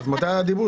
תודה,